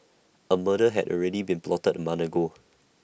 A murder had already been plotted A month ago